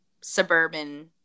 suburban